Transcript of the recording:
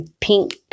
Pink